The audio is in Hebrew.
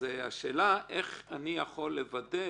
השאלה איך אני יכול לוודא